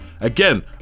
Again